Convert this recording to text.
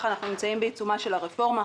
אנחנו נמצאים בעיצומה של הרפורמה.